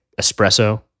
espresso